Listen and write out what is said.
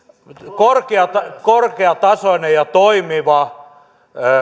korkeatasoinen korkeatasoinen ja toimiva